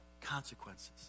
consequences